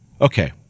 Okay